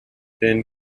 ben